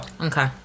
Okay